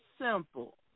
simple